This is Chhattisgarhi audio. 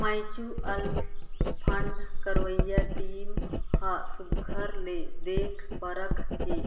म्युचुअल फंड करवइया टीम ह सुग्घर ले देख परेख के